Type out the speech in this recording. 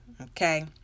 okay